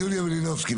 יוליה מלינובסקי,